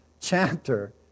chapter